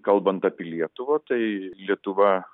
kalbant apie lietuvą tai lietuva